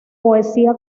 poesía